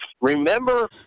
Remember